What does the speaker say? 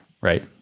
right